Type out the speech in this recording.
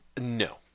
No